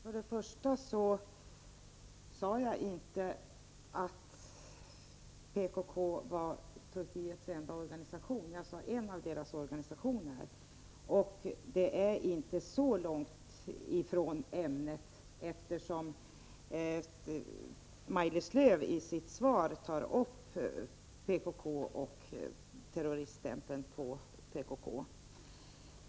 Herr talman! Jag sade inte att PKK är kurdernas enda organisation. Jag sade en av deras organisationer. Det jag talade om är inte så långt ifrån ämnet, eftersom Maj-Lis Lööw i sitt svar tar upp PKK och terroriststämpeln på den organisationen.